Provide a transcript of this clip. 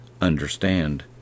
understand